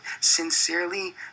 Sincerely